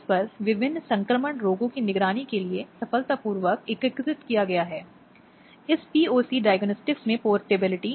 इसलिए समय की अवधि में निश्चित रूप से परिप्रेक्ष्य में बदलाव आया है जो वहां रहा है और जहां शुरुआत में यह कुछ अलग था एक अर्थ में महिलाओं की हीनता पर जोर देना